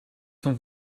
van